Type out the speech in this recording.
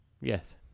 Yes